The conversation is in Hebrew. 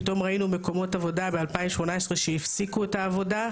פתאום ראינו מקומות עבודה ב-2018 שהפסיקו את העבודה,